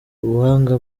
ubuhanga